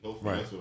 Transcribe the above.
right